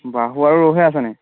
বাহু আৰু ৰৌহে আছেনে